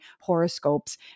horoscopes